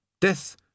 Death